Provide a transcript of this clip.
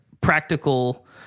practical